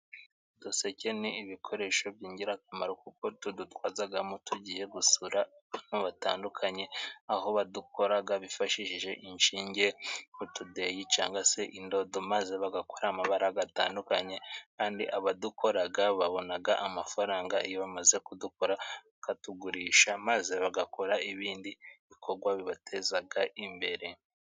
Uduseke ni ibikoresho by'ingirakamaro, kuko tudutwazamo tugiye gusura abantu batandukanye, aho badukora bifashishije inshinge n'utudeyi cyangwa se indodo maze bagakora amabara atandukanye, kandi abadukora babona amafaranga iyo bamaze kudukora bakatugurisha, maze bagakora ibindi bikorwa bibateza imbere.